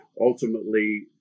ultimately